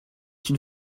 une